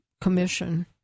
commission